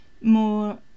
more